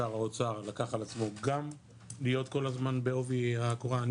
שר האוצר לקח על עצמו גם להיות כל הזמן בעובי הקורה,